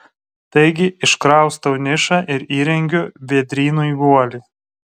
taigi iškraustau nišą ir įrengiu vėdrynui guolį